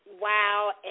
Wow